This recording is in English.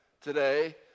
today